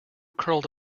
curled